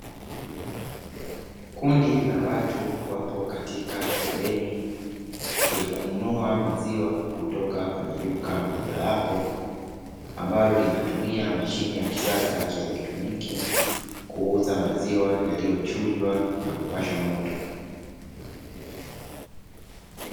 Kundi la watu wapo katika foleni ya kununua maziwa kutoka kwenye duka mojawapo, ambalo linatumia mashine ya kisasa ya kielektroniki, kuuza maziwa yaliyochujwa na kupasha moto.